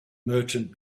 merchant